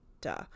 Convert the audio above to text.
duh